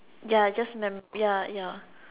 ya just ya ya